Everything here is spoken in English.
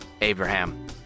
Abraham